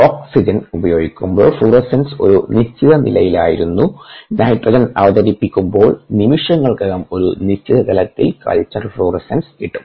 oxygen ഉപയോഗിക്കുമ്പോൾ fluorescence ഒരു നിശ്ചിത നിലയിലായിരുന്നു നൈട്രജൻ അവതരിപ്പിക്കുമ്പോൾ നിമിഷങ്ങൾക്കകം ഒരു നിശ്ചിത തലത്തിൽ കൾച്ചർ ഫ്ലൂറസെൻസ് കിട്ടും